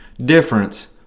difference